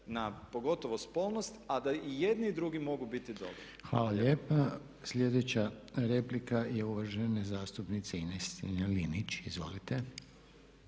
na, pogotovo spolnost, a da i jedni i drugi mogu biti dobri. **Reiner, Željko (HDZ)** Hvala lijepa. Sljedeća replika je uvažene zastupnice Ines Strenja- Linić. Izvolite.